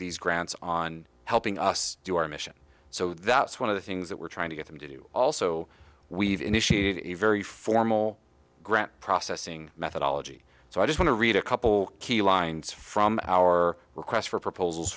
these grants on helping us do our mission so that's one of the things that we're trying to get them to do also we've initiated a very formal grant processing methodology so i just want to read a couple key lines from our requests for proposals